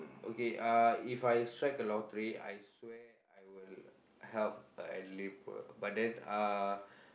okay uh if I strike a lottery I swear I will help a elderly poor but then uh